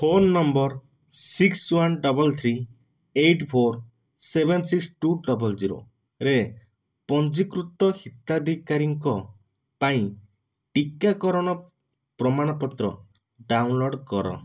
phone number six one double three eight four seven six two double ଜିରୋରେ ପଞ୍ଜୀକୃତ ହିତାଧିକାରୀଙ୍କ ପାଇଁ ଟିକାକରଣ ପ୍ରମାଣପତ୍ର ଡାଉନଲୋଡ଼୍ କର